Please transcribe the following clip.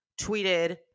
tweeted